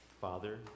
Father